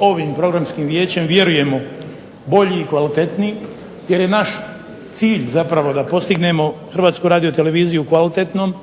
ovim Programskim vijećem vjerujemo bolji i kvalitetniji jer je naš cilj zapravo da postignemo Hrvatsku radioteleviziju kvalitetnom.